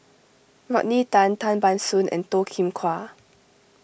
Rodney Tan Tan Ban Soon and Toh Kim Hwa